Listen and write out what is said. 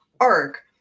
arc